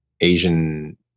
Asian